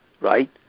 Right